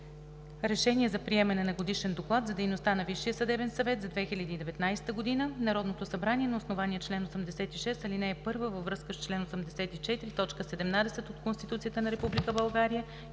РЕШЕНИЕ за приемане на Годишен доклад за дейността на Висшия съдебен съвет за 2019 г. Народното събрание на основание на чл. 86, ал. 1 във връзка с чл. 84, т. 17 от Конституцията на